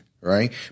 right